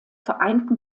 vereinten